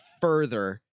further